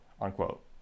unquote